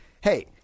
hey